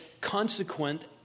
consequent